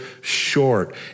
short